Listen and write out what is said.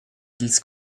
dils